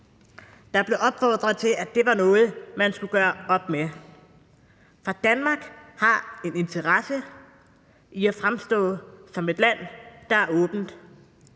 Der blev opfordret til, at det var noget, man skulle gøre op med. For Danmark har en interesse i at fremstå som et land, der er åbent,